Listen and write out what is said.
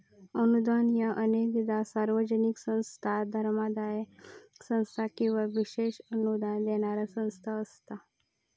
अनुदान ह्या अनेकदा सार्वजनिक संस्था, धर्मादाय संस्था किंवा विशेष अनुदान देणारा संस्था असता